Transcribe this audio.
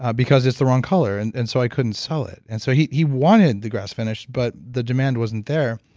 ah because it's the wrong color, and and so i couldn't sell it and so he he wanted the grass finish, but the demand wasn't there.